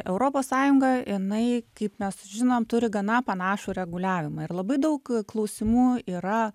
europos sąjunga jinai kaip mes žinom turi gana panašų reguliavimą ir labai daug klausimų yra